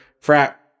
frat